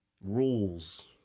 rules